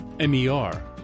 MER